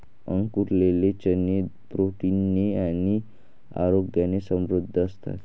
अंकुरलेले चणे प्रोटीन ने आणि आरोग्याने समृद्ध असतात